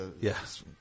Yes